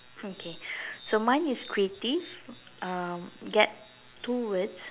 okay so mine is creative um get two words